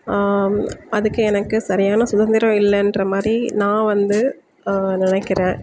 அதுக்கு எனக்கு சரியான சுகந்திரம் இல்லன்றமாதிரி நான் வந்து நினைக்கிறேன்